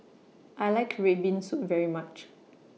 I like Red Bean Soup very much